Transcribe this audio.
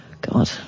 God